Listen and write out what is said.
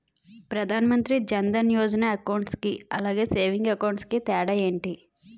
Pradhan Mantri Jan Dhan Yojana account కి అలాగే savings account కి తేడా ఏంటి?